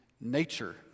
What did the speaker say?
nature